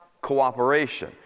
cooperation